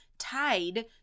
tied